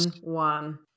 one